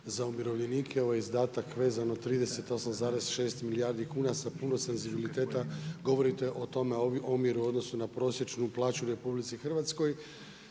za umirovljenike ovaj izdatak vezano 38,6 milijardi kuna sa puno senzibiliteta govorite o tom omjeru u odnosu na prosječnu plaću u RH. Zatim